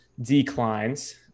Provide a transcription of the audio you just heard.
declines